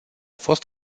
fost